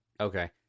Okay